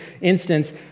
instance